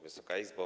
Wysoka Izbo!